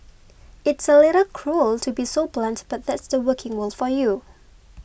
it's a little cruel to be so blunt but that's the working world for you